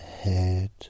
head